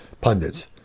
pundits